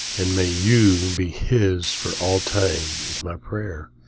and may you be his for all time is my prayer.